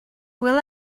will